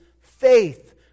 faith